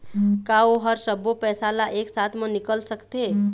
का ओ हर सब्बो पैसा ला एक साथ म निकल सकथे?